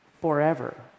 forever